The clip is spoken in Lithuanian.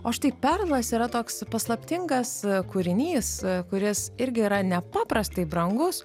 o štai perlas yra toks paslaptingas kūrinys kuris irgi yra nepaprastai brangus